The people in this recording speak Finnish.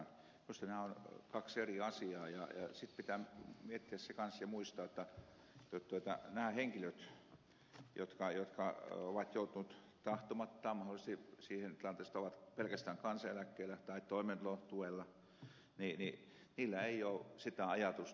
minusta nämä ovat kaksi eri asiaa ja sitten pitää miettiä ja muistaa se kanssa jotta näillä henkilöillä jotka ovat joutuneet tahtomattaan mahdollisesti siihen tilanteeseen että ovat pelkästään kansaneläkkeellä tai toimeentulotuella ei ole sitä tuottamisen ajatusta